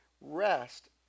rest